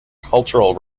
cultural